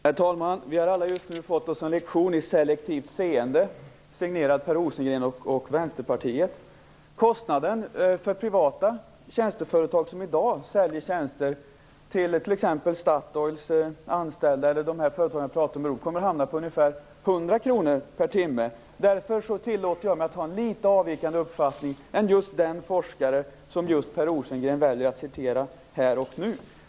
Herr talman! Vi har alla just nu fått oss en lektion i selektivt seende, signerat Per Rosengren och Vänsterpartiet. Kostnaden för privata tjänsteföretag som i dag säljer tjänster till t.ex. Statoils anställda eller de här företagen jag pratade om i Örebro kommer att hamna på ungefär 100 kr per timme. Därför tillåter jag mig att ha en litet avvikande uppfattning än just den forskare som Per Rosengren väljer att referera till här och nu.